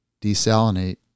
desalinate